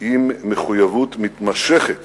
עם מחויבות מתמשכת